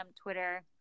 Twitter